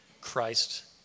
Christ